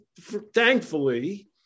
thankfully